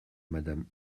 madame